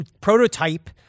prototype